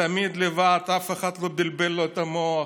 תמיד לבד, אף אחד לא בלבל לו את המוח,